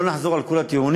ולא נחזור על כל הטיעונים.